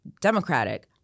Democratic